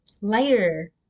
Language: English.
lighter